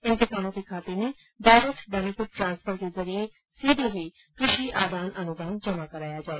इन किसानों के खाते में डायरेक्ट बेनिफिट ट्रांसफर के जरिए सीधे ही कृषि आदान अनुदान जमा कराया जाए